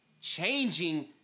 changing